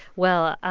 well,